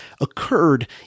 occurred